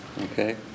Okay